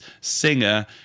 singer